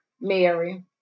Mary